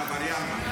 הינה העבריין בא.